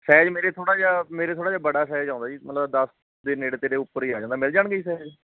size ਮੇਰੇ ਥੋੜ੍ਹਾ ਜਿਹਾ ਮੇਰੇ ਥੋੜ੍ਹਾ ਜਿਹਾ ਬੜਾ ਸਾਈਜ਼ ਆਉਂਦਾ ਜੀ ਮਤਲਬ ਦਸ ਦੇ ਨੇੜੇ ਤੇੜੇ ਉੱਪਰ ਹੀ ਆ ਜਾਂਦਾ ਮਿਲ ਜਾਣਗੇ ਜੀ ਸਾਈਜ਼